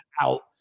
out